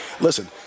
listen